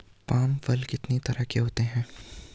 Palm फल कितनी तरह के होते हैं?